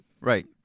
Right